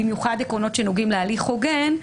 במיוחד עקרונות שנוגעים להליך הוגן,